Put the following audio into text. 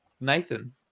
Nathan